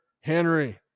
Henry